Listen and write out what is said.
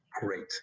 great